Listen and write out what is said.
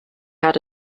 had